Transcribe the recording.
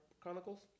Chronicles